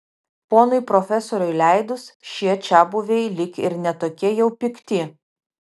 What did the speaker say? ponui profesoriui leidus šie čiabuviai lyg ir ne tokie jau pikti